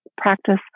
practice